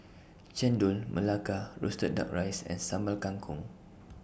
Chendol Melaka Roasted Duck Rice and Sambal Kangkong